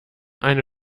eine